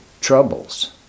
troubles